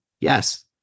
Yes